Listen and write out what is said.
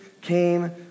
came